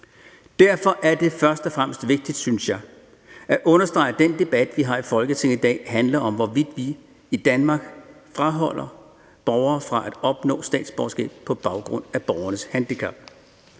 Derfor er det først og fremmest vigtigt, synes jeg, at understrege, at den debat, vi har i Folketinget i dag, handler om, hvorvidt vi i Danmark afholder borgere fra at opnå statsborgerskab på baggrund af borgernes handicap.